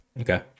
Okay